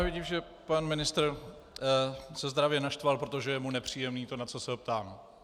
Vidím, že pan ministr se zdravě naštval, protože je mu nepříjemné to, na co se ho ptám.